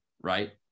right